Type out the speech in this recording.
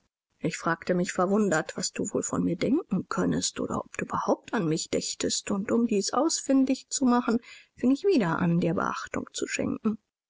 ich fragte mich verwundert was du wohl von mir denken könnest oder ob du überhaupt an mich dächtest und um dies ausfindig zu machen fing ich wieder an dir beachtung zu schenken